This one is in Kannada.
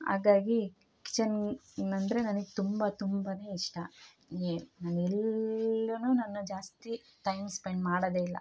ಹಾಗಾಗಿ ಕಿಚನ್ ಅಂದರೆ ತುಂಬ ತುಂಬಾ ಇಷ್ಟ ಎ ನಾನು ಎಲ್ಲ ನನ್ನ ಜಾಸ್ತಿ ಟೈಮ್ ಸ್ಪೆಂಡ್ ಮಾಡೊದೆ ಇಲ್ಲ